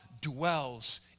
dwells